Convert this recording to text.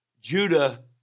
Judah